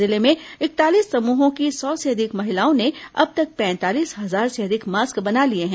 जिले में इकतालीस समूहों की सौ से अधिक महिलाओं ने अब तक पैंतालीस हजार से अधिक मास्क बना लिए हैं